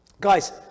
Guys